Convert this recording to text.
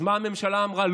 אז מה הממשלה אמרה?